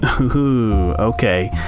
Okay